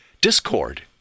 discord